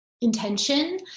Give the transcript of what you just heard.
intention